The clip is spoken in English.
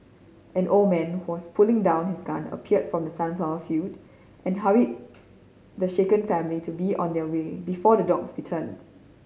an old man who was putting down his gun appeared from the sunflower field and hurried the shaken family to be on their way before the dogs returned